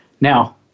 Now